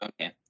Okay